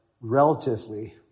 relatively